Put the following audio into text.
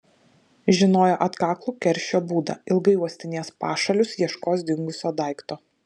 žinojo atkaklų keršio būdą ilgai uostinės pašalius ieškos dingusio daikto